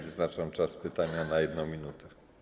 Wyznaczam czas pytania na 1 minutę.